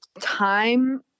time